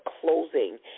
closing